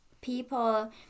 people